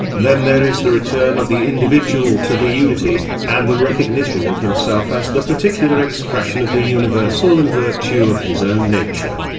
then there is the return of the individual to the unity, and the recognition of himself as the particular expression of the universal in virtue of his own nature.